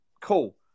Cool